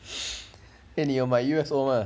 eh 你有买 U_S_O mah